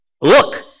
Look